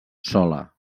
sola